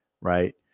Right